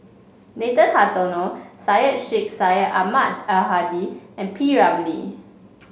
Nathan Hartono Syed Sheikh Syed Ahmad Al Hadi and P Ramlee